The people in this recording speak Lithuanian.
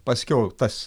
paskiau tas